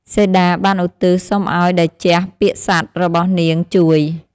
សីតាបានឧទ្ទិសសុំឱ្យតេជះពាក្យសត្យរបស់នាងជួយ។